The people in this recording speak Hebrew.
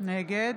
נגד